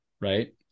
right